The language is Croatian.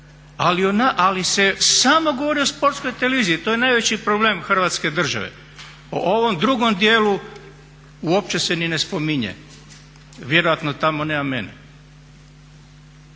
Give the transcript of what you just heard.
Ali se samo govori o sportskoj televiziji. To je najveći problem Hrvatske države. O ovom drugom dijelu uopće se ni ne spominje, vjerojatno tamo nema mene.